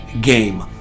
game